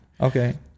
Okay